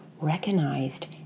recognized